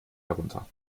herunter